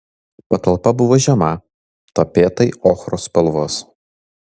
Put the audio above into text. patalpa buvo žema tapetai ochros spalvos